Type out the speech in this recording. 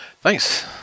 Thanks